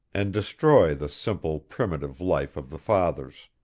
and destroy the simple, primitive life of the fathers.